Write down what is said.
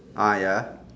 ah ya